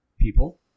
people